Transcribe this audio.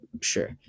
sure